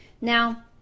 Now